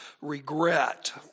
regret